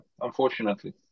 unfortunately